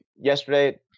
yesterday